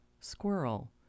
squirrel